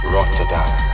Rotterdam